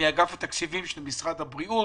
מאגף התקציבים של משרד הבריאות